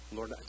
Lord